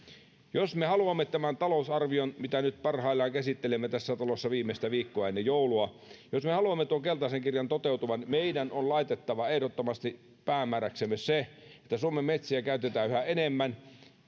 jos me haluamme tämän talousarvion mitä nyt parhaillaan käsittelemme tässä talossa viimeistä viikkoa ennen joulua jos me haluamme tuon keltaisen kirjan toteutuvan meidän on laitettava ehdottomasti päämääräksemme se että suomen metsiä käytetään yhä enemmän